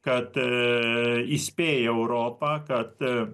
kad įspėja europą kad